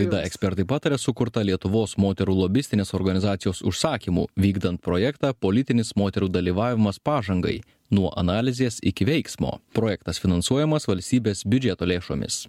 laida ekspertai pataria sukurta lietuvos moterų lobistinės organizacijos užsakymu vykdant projektą politinis moterų dalyvavimas pažangai nuo analizės iki veiksmo projektas finansuojamas valstybės biudžeto lėšomis